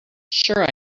sure